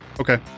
Okay